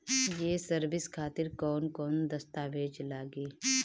ये सर्विस खातिर कौन कौन दस्तावेज लगी?